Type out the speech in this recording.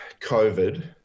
COVID